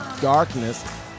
darkness